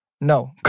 No